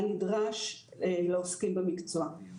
הנדרש לעוסקים במקצוע.